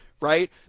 right